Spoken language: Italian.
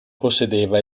possedeva